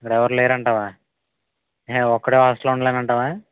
ఇక్కడ ఎవరూ లేరని అంటావా ఏ ఒక్కడు హాస్టల్లో ఉండలేను అంటావా